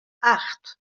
acht